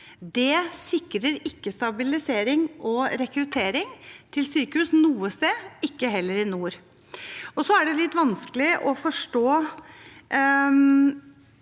Det sikrer ikke stabilitet og rekruttering til sykehus noe sted, heller ikke i nord. Det er også litt vanskelig å forstå